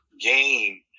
game